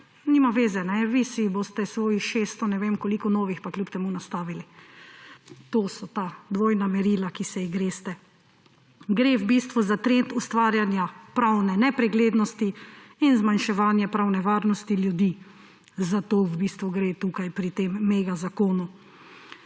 nima zveze, vi si boste svojih šesto ali ne vem koliko novih pa kljub temu nastavili. To so ta dvojna merila, ki se jih greste. Gre v bistvu za trend ustvarjanja pravne nepreglednosti in zmanjševanja pravne varnosti ljudi. Za to v bistvu gre tukaj pri tem megazakonu.